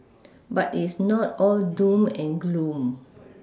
but it's not all doom and gloom